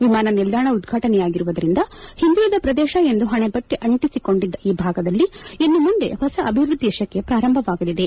ವಿಮಾನ ನಿಲ್ದಾಣ ಉದ್ಘಾಟನೆಯಾಗಿರುವುದರಿಂದ ಹಿಂದುಳಿದ ಪ್ರದೇಶ ಎಂದು ಪಣೆಪಟ್ಟಿ ಅಂಟಿಸಿಕೊಂಡಿದ್ದ ಈ ಭಾಗದಲ್ಲಿ ಇನ್ನು ಮುಂದೆ ಹೊಸ ಅಭಿವೃದ್ಧಿಯ ಶಕೆ ಪ್ರಾರಂಭವಾಗಲಿದೆ